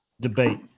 Debate